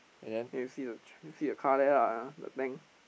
then you see the you see the car there ah the tank